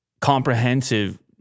comprehensive